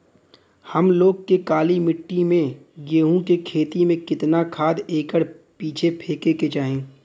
हम लोग के काली मिट्टी में गेहूँ के खेती में कितना खाद एकड़ पीछे फेके के चाही?